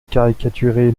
caricaturez